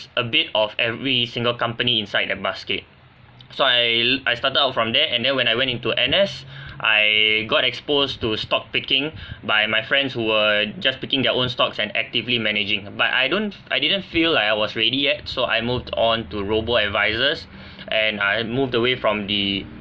a bit of every single company inside the basket so I l~ I started out from there and then when I went into N_S I got exposed to stock picking by my friends who were just picking their own stocks and actively managing but I don't I didn't feel like I was ready yet so I moved on to robo advisors and I moved away from the